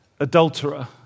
adulterer